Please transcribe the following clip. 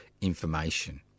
information